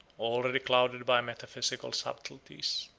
already clouded by metaphysical subtleties,